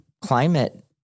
climate